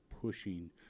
pushing